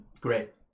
Great